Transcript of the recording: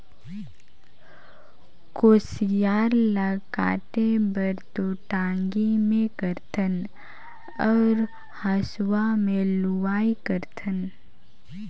कुसियार ल काटे बर तो टांगी मे कारथन अउ हेंसुवा में लुआई करथन